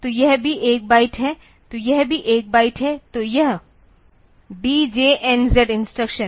तो यह भी 1 बाइट है तो यह भी 1 बाइट है तो यह DJNZ इंस्ट्रक्शन